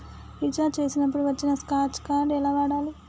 Recharge చేసినప్పుడు వచ్చిన scratch card ఎలా వాడాలి?